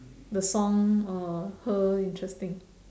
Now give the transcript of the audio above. the song or her interesting